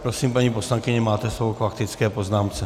Prosím, paní poslankyně, máte slovo k faktické poznámce.